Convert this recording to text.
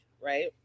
right